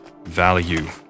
value